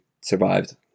survived